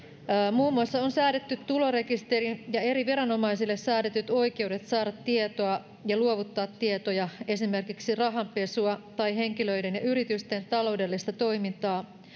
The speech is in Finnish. muun muassa on säädetty tulorekisteri ja eri viranomaisille säädetyt oikeudet saada tietoa ja luovuttaa tietoja esimerkiksi rahanpesua tai henkilöiden ja yritysten taloudellista toimintaa